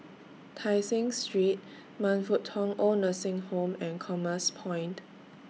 Tai Seng Street Man Fut Tong Oid Nursing Home and Commerce Point